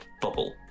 bubble